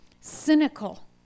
cynical